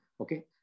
Okay